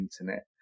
internet